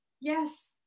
Yes